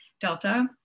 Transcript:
Delta